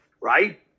right